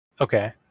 Okay